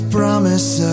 promise